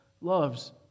loves